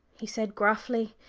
he said gruffly.